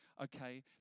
okay